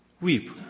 Weep